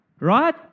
Right